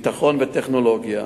ביטחון וטכנולוגיה.